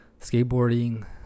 skateboarding